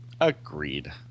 Agreed